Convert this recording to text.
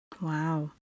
Wow